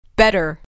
better